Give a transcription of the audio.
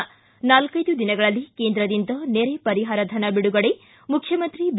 ಿ ನಾಲ್ವೆದು ದಿನಗಳಲ್ಲಿ ಕೇಂದ್ರದಿಂದ ನೆರೆ ಪರಿಹಾರ ಧನ ಬಿಡುಗಡೆ ಮುಖ್ಣಮಂತ್ರಿ ಬಿ